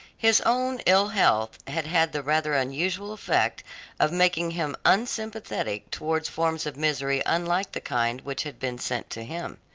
his own ill health had had the rather unusual effect of making him unsympathetic towards forms of misery unlike the kind which had been sent to him.